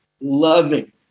loving